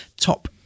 top